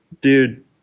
Dude